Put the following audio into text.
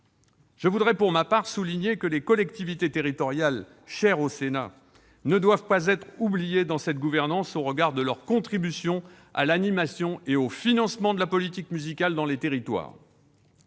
Je voudrais pour ma part souligner que les collectivités territoriales, chères au Sénat, ne doivent pas être les oubliées de cette gouvernance, au regard de leur contribution à l'animation et au financement de la politique musicale dans les territoires.